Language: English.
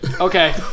Okay